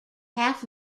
half